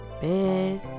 Bed